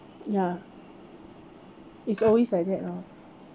ya it's always like that lor